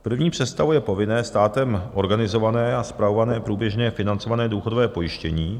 První představuje povinné, státem organizované a spravované průběžně financované důchodové pojištění.